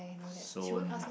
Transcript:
soon